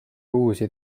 uusi